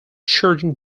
charging